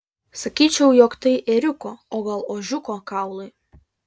sakyčiau jog tai ėriuko o gal ožiuko kaulai